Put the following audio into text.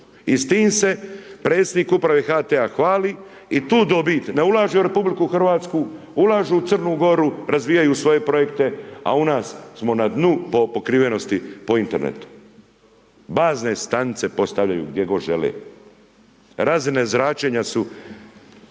s tim se predsjednik Uprave HT-a hvali i tu dobit ne ulaže u Republiku Hrvatsku, ulaže u Crnu Goru, razvijaju svoje projekte, a u nas smo na dnu po pokrivenosti po internetu. Bazne stanice postavljaju gdje god žele, razine zračenja su